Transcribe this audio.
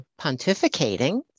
pontificating